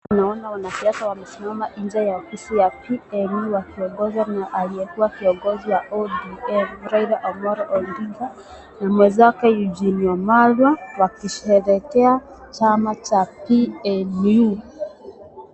Tunaona wanasiasa wamesimama nje ya ofisi ya PNU wakiongozwa na aliyekuwa kiongozi wa ODM Raila Amolo Odinga na mwenzake Eugene Wamalwa wakisherehekea chama cha PNU.